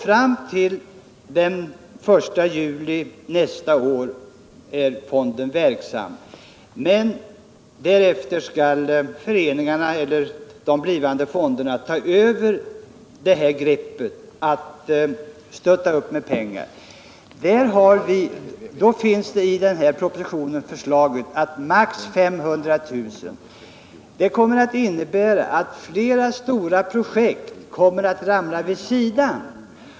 Fram till den 1 juli nästa år är fonden verksam, men därefter skall de blivande fonderna ta över funktionen att stötta upp med pengar. I propositionen föreslås en gräns på 500 000 kr. Det kommer att innebära att flera stora projekt ramlar åt sidan.